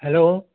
hello